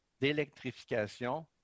d'électrification